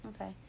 okay